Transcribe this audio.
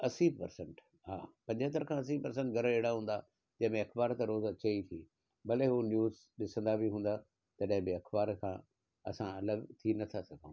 असी परसंट हा पंजहतरि खां असी परसंट घर अहिड़ा हूंदा जंहिं में अख़बार त रोज़ु रोज़ु अचेई थी भले उहो न्यूज़ ॾिसंदा बि हूंदा तॾहिं बि अख़बार खां असां अलॻि थी नथा सघूं पिया